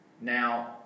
Now